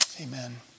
Amen